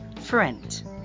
friend